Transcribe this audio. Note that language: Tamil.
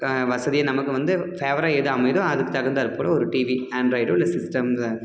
வசதியாக நமக்கு வந்து ஃபேவராக எது அமையுதோ அதுக்கு தகுந்தாற்போல ஒரு டிவி ஆண்ட்ராய்டோ இல்லை சிஸ்டெமில்